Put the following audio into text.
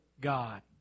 God